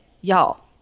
y'all